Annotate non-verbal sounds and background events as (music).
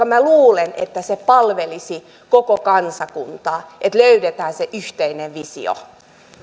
(unintelligible) minä luulen että se palvelisi koko kantakuntaa että löydetään se yhteinen visio